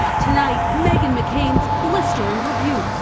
tonight meghan mccain's blistering rebuke.